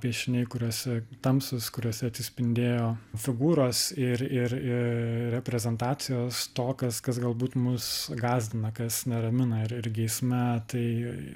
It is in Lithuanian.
piešiniai kuriuose tamsūs kuriuose atsispindėjo figūros ir ir reprezentacijos to kas kas galbūt mus gąsdina kas neramina ir ir geisme tai